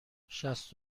شصت